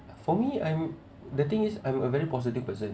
for me I'm the thing is I'm a very positive person